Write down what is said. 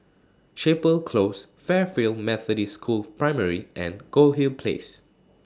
Chapel Close Fairfield Methodist School Primary and Goldhill Place